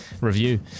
review